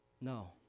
No